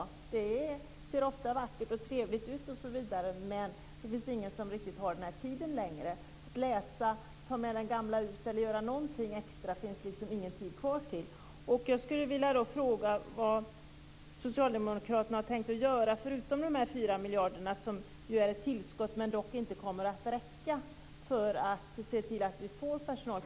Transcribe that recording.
Det ser ofta vackert och trevligt ut, men det finns ingen som riktigt har tid längre. Att läsa, att ta med den gamla ut eller att göra någonting extra finns det ingen tid kvar till. Jag skulle vilja fråga vad socialdemokraterna har tänkt att göra förutom de 4 miljarderna, som är ett tillskott men som inte kommer att räcka för att se till att vi får personal.